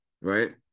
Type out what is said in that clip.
right